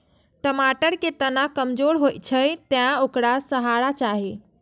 टमाटर के तना कमजोर होइ छै, तें ओकरा सहारा चाही